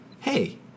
hey